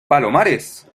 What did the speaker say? palomares